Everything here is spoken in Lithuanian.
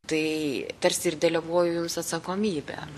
tai tarsi ir deleguoju jums atsakomybę